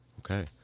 Okay